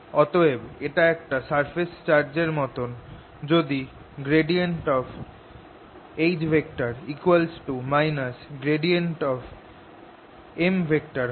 অতএব এটা একটা সারফেস চার্জ এর মতন যদি H M হয়